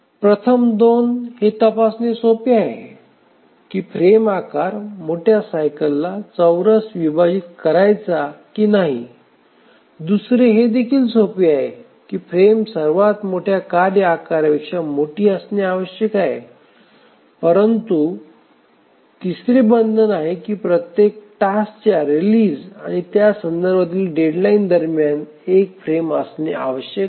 प्रथम दोन हे तपासणे सोपे आहे की फ्रेम आकार मोठ्या सायकलला चौरस विभाजित करायचा की नाही दुसरे हे देखील सोपे आहे की फ्रेम सर्वात मोठ्या कार्य आकारापेक्षा मोठी असणे आवश्यक आहे परंतु ती तिसरे बंधन आहे की प्रत्येक टास्कच्या रिलीज आणि त्यासंदर्भातील डेडलाईन दरम्यान एक फ्रेम असणे आवश्यक आहे